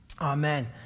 Amen